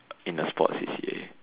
in a sports C_C_A